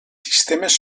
sistemes